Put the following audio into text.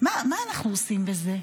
מה אנחנו עושים בזה?